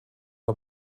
der